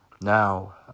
Now